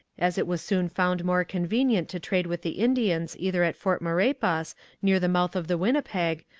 as it was soon found more convenient to trade with the indians either at fort maurepas near the mouth of the winnipeg,